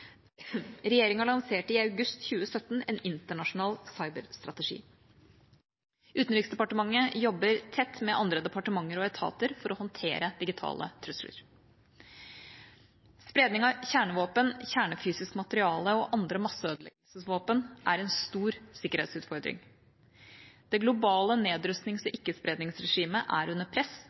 Regjeringa lanserte i august 2017 en internasjonal cyberstrategi. Utenriksdepartementet jobber tett med andre departementer og etater for å håndtere digitale trusler. Spredning av kjernevåpen, kjernefysisk materiale og andre masseødeleggelsesvåpen er en stor sikkerhetsutfordring. Det globale nedrustnings- og ikke-spredningsregimet er under press,